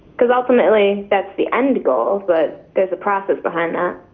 cause ultimately that's the end goal, but there's a process behind that.